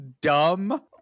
dumb